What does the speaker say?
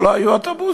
שלא היו אוטובוסים,